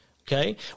okay